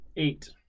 Eight